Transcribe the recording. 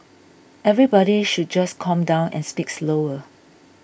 everybody should just calm down and speak slower